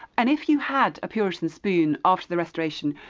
and if you had a puritan spoon after the restoration,